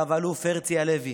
רב-אלוף הרצי לוי.